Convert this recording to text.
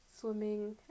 swimming